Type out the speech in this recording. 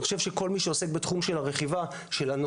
אני חושב שכל מי שעוסק בתחום של הרכיבה והטיפול